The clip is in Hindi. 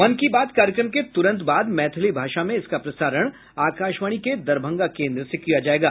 मन की बात कार्यक्रम के तुरंत बाद मैथिली भाषा में इसका प्रसारण आकाशवाणी के दरभंगा केन्द्र से किया जायेगा